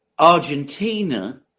Argentina